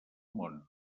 món